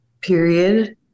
period